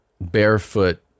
barefoot